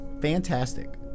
fantastic